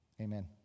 Amen